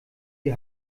die